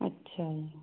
ਅੱਛਾ